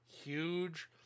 huge